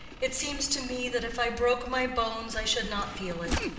it seems to me that if i broke my bones i should not feel it.